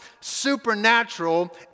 supernatural